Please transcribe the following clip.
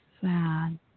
sad